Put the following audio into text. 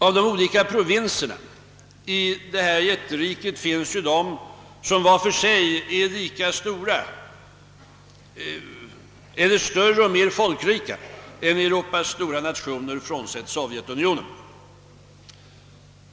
Av de olika provinserna i detta jätterike finns ju de som var för sig är lika stora som eller större och mer folkrika än Europas stora nationer frånsett Sovjetunionen.